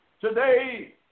Today